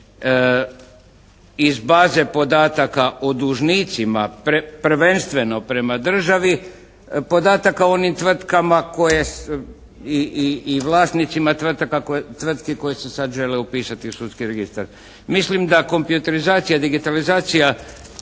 iz baze podataka o dužnicima, prvenstveno prema državi. Podataka o onim tvrtkama koje su, i vlasnicima tvrtki koje se sad žele upisati u Sudski registar. Mislim da kompjuterizacija, digitalizacija